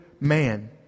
man